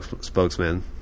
spokesman